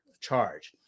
charge